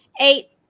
Eight